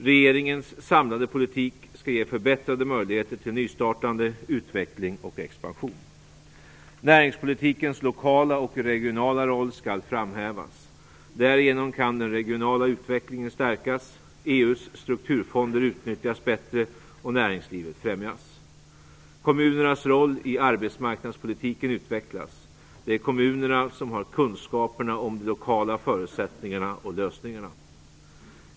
Regeringens samlade politik skall ge förbättrade möjligheter till nystartande, utveckling och expansion. Näringspolitikens lokala och regionala roll skall framhävas. Därigenom kan den regionala utvecklingen stärkas, EU:s strukturfonder utnyttjas bättre och näringslivet främjas. Kommunernas roll i arbetsmarknadspolitiken utvecklas. Det är kommunerna som har kunskaperna om de lokala förutsättningarna och lösningarna.